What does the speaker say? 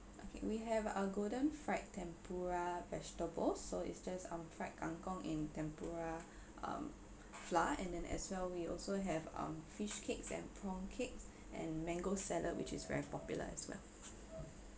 okay we have uh golden fried tempura vegetables so it's just um fried kangkong in tempura um flour and then as well we also have um fishcakes and prawn cakes and mango salad which is very popular as well